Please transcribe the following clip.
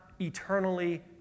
eternally